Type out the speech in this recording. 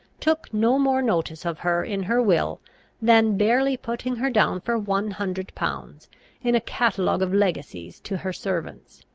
took no more notice of her in her will than barely putting her down for one hundred pounds in a catalogue of legacies to her servants.